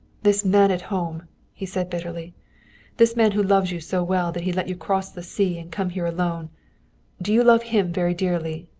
this man at home he said bitterly this man who loves you so well that he let you cross the sea and come here alone do you love him very dearly?